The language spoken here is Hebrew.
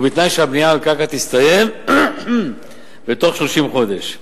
ובתנאי שהבנייה על הקרקע תסתיים בתוך 30 חודשים.